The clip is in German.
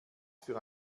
für